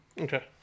okay